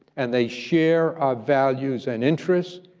and they share our values and interests,